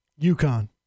UConn